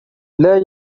لَا